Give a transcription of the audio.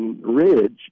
Ridge